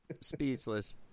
speechless